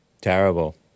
Terrible